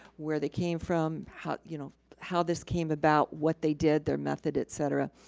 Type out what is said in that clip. where they came from, how you know how this came about, what they did, their method, et cetera.